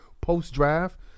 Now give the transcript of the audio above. post-draft